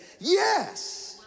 yes